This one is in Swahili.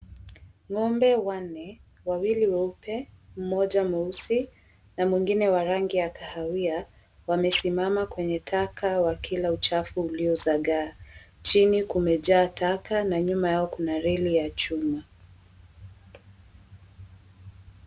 Ng'ombe wanne, wawili weupe, mmoja mweusi na mwingine wa rangi ya kahawia wamesimama kwenye taka wakila uchafu uliozagaa. Chini kumejaa taka na nyuma yao Kuna reli ya chuma.